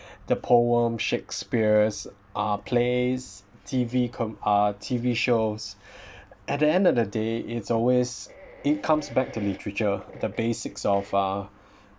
the poem shakespeare's uh plays T_V com~ uh T_V shows at the end of the day it's always it comes back to literature the basics of uh